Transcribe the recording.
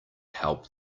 help